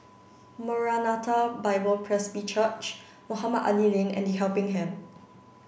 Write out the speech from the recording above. Maranatha Bible Presby Church Mohamed Ali Lane and The Helping Hand